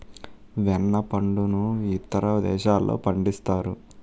వెన్న పండును ఇతర దేశాల్లో పండిస్తారు